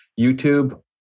YouTube